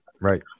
Right